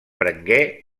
prengué